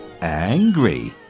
angry